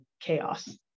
chaos